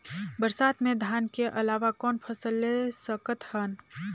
बरसात मे धान के अलावा कौन फसल ले सकत हन?